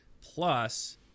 plus